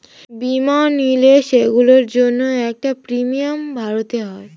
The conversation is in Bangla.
বীমা নিলে, সেগুলোর জন্য একটা প্রিমিয়াম ভরতে হয়